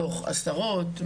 מתוך עשרות?